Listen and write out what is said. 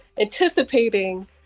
anticipating